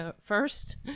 first